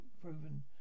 proven